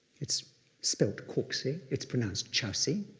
it's spelled corksy, it's pronounced chowsy.